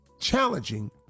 challenging